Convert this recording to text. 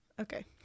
okay